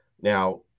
Now